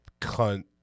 cunt